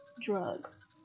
drugs